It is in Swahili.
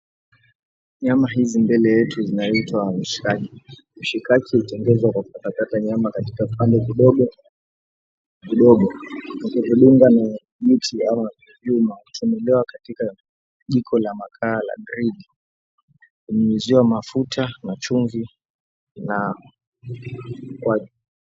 Nyama hizi mbele yetu zinaitwa mishikaki. Mishikaki hutengenezwa kwa kukata kata nyama katika vipande vidogovidogo, na kuvidunga kwenye miti ama vyuma na kuchomelewa katika jiko la makaa la grilli , na kunyunyuziwa mafuta na chumvi na kwaju.